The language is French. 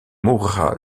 mourra